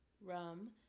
rum